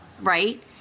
Right